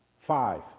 Five